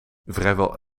vrijwel